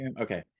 Okay